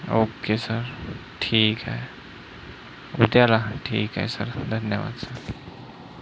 okay sir ठीक आहे उद्याला ठीक आहे सर धन्यवाद सर